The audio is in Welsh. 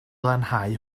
lanhau